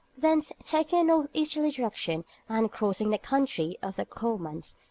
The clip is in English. thence, taking a north-easterly direction and crossing the country of the comans,